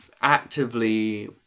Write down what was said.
actively